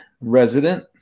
resident